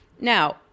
Now